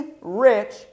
rich